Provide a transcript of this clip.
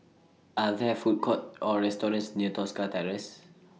Are There Food Courts Or restaurants near Tosca Terrace